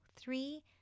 three